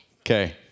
Okay